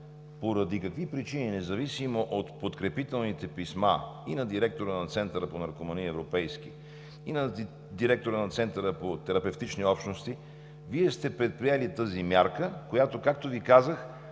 поради какви причини, независимо от подкрепителните писма и на директора на Центъра по наркомании – европейския, и на директора на Центъра по терапевтични общности, Вие сте предприели тази мярка, която, както Ви казах,